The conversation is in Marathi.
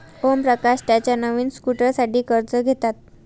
ओमप्रकाश त्याच्या नवीन स्कूटरसाठी कर्ज घेतात